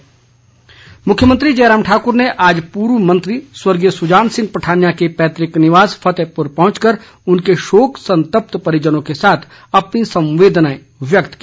जयराम संवेदना मुख्यमंत्री जयराम ठाकुर ने आज पूर्व मंत्री स्वर्गीय सुजान सिंह पठानिया के पैतृक निवास फतेहपुर पहुंच कर उनके शोक संतप्त परिजनों के साथ अपनी संवेदनाएं व्यक्त की